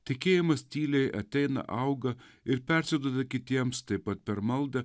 tikėjimas tyliai ateina auga ir persiduoda kitiems taip pat per maldą